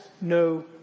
no